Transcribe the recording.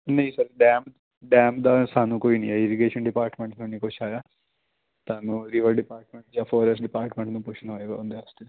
ਨਹੀਂ sir dam dam ਦਾ ਸਾਨੂੰ ਕੋਈ ਨਹੀਂ ਆਈ ਇਰੀਗੇਸ਼ਨ ਡਿਪਾਰਟਮੈਂਟ ਤੋਂ ਨਹੀਂ ਕੁਛ ਆਇਆ ਤੁਹਾਨੂੰ ਰਿਵਰ ਡਿਪਾਰਟਮੈਂਟ ਜਾਂ ਫੋਰੇਸਟ ਡਿਪਾਰਟਮੈਂਟ ਤੋਂ ਪੁੱਛਣਾ ਹੋਵੇਗਾ